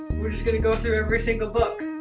we're just gonna go through every single book.